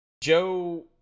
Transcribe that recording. Joe